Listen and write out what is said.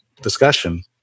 discussion